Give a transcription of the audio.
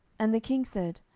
and the king said,